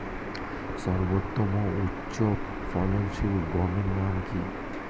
সর্বোত্তম ও উচ্চ ফলনশীল গমের নাম কি?